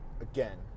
Again